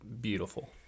beautiful